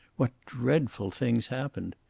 what dreadful things happened?